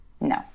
No